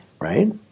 Right